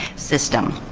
system.